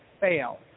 fail